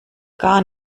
gar